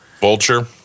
Vulture